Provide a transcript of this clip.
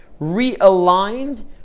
realigned